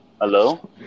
Hello